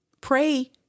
Pray